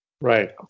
Right